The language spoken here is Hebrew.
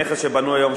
נכס שבנוי היום,